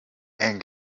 and